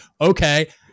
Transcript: Okay